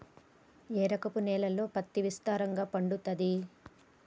ఏ రకపు నేలల్లో పత్తి విస్తారంగా పండుతది?